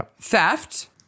theft